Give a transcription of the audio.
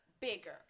bigger